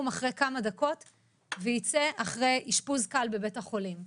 אחרי כמה דקות וייצא אחרי אשפוז קל בבית החולים.